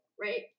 right